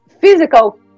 physical